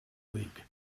league